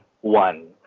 one